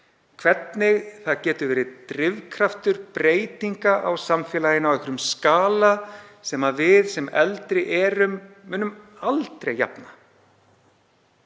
hvernig það geti verið drifkraftur breytinga á samfélaginu á skala sem við sem eldri erum munum aldrei jafna.